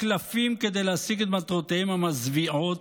קלפים כדי להשיג את מטרותיהם המזוויעות,